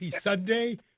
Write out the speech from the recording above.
Sunday